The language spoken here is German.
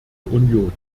union